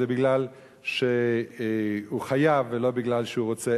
זה מפני שהוא חייב ולא מפני שהוא רוצה.